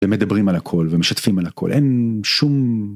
מדברים על הכל ומשתפים על הכל אין שום.